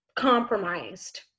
compromised